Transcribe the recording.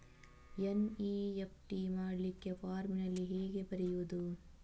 NEFT ಮಾಡ್ಲಿಕ್ಕೆ ಫಾರ್ಮಿನಲ್ಲಿ ಹೇಗೆ ಬರೆಯುವುದು?